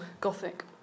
Gothic